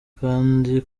kandi